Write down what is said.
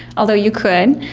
although you could.